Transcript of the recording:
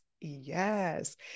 Yes